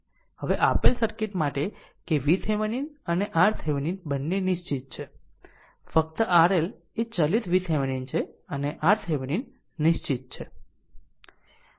હવે આપેલ સર્કિટ માટે કે VThevenin અને RThevenin બંને નિશ્ચિત છે ફક્ત RL એ ચલિત VThevenin છે અને RThevenin નિશ્ચિત છે